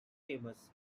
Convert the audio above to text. famous